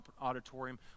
auditorium